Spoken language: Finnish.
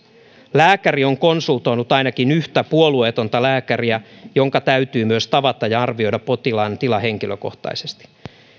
lääkäri on konsultoinut ainakin yhtä puolueetonta lääkäriä jonka täytyy myös tavata ja arvioida potilaan tila henkilökohtaisesti